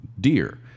deer